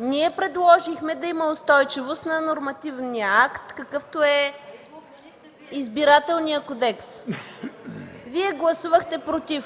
Ние предложихме да има устойчивост на нормативния акт, какъвто е Избирателният кодекс. Вие гласувахте против.